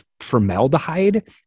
Formaldehyde